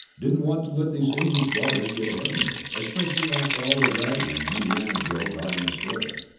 didn't want to let these english blighters get ahead of me, especially after all the ragging indiana joe got in the story.